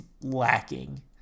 lacking